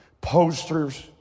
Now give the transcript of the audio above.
posters